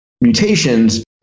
mutations